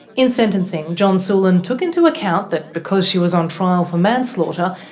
in sentencing, john sulan took into account that because she was on trial for manslaughter,